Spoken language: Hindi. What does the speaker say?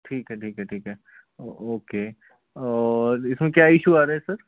ठीक है ठीक है ठीक है ओके और इसमें क्या इशू आ रहे हैं सर